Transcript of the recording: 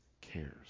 cares